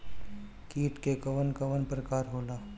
कीट के कवन कवन प्रकार होला?